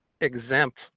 exempt